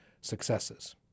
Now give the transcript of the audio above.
successes